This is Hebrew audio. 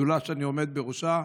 שדולה שאני עומד בראשה,